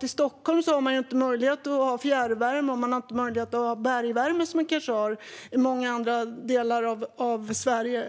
I Stockholm har man inte möjlighet att ha fjärrvärme och bergvärme som i många andra delar av Sverige.